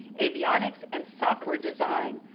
avionics and software design.